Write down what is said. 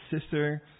sister